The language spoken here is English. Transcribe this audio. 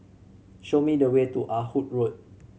show me the way to Ah Hood Road